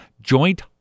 joint